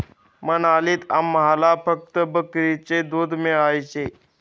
मनालीत आम्हाला फक्त बकरीचे दूध मिळायचे